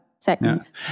seconds